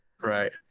Right